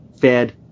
Fed